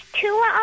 Two